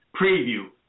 preview